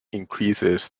increases